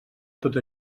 tot